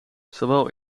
zowel